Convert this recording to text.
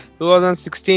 2016